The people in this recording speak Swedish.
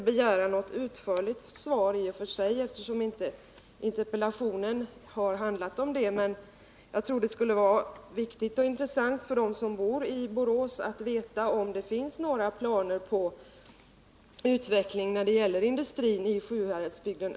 Jag begär inte något utförligt svar, eftersom min interpellation inte har handlat om detta, men jag tror det är viktigt och intressant för dem som bor i Borås att få veta om det finns några planer när det gäller utvecklingen av industrin över huvud taget i Sjuhäradsbygden.